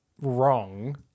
wrong